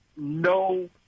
No